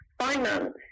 finance